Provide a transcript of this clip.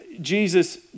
Jesus